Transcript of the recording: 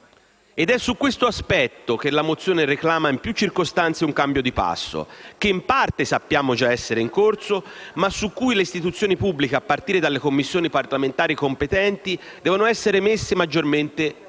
Ed è su questo primo aspetto che la mozione reclama in più circostanze un cambio di passo, che in parte sappiamo già essere in corso, ma su cui le istituzioni pubbliche, a partire dalle Commissioni parlamentari competenti, devono essere messe maggiormente al corrente.